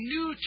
New